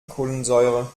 kohlensäure